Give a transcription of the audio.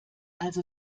also